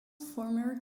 former